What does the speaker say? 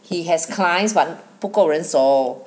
he has clients but 不够人手